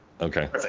Okay